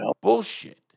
bullshit